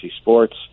Sports